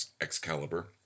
Excalibur